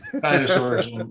Dinosaurs